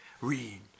Read